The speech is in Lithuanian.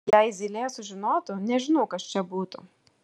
jei zylė sužinotų nežinau kas čia būtų